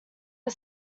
are